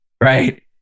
right